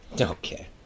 Okay